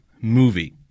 movie